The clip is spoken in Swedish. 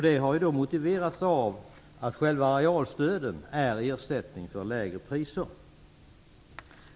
Det har då motiverats av att själva arealstöden är ersättning för lägre priser.